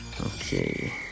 Okay